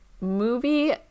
movie